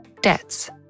debts